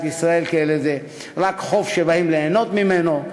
ישראל רק כאל חוף שבאים ליהנות ממנו.